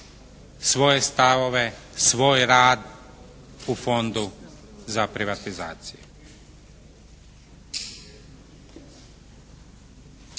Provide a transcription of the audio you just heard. svoje stavove, svoj rad u Fondu za privatizaciju.